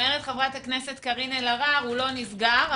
אומרת חברת הכנסת קארין אלהרר הוא לא נסגר,